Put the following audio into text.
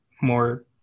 more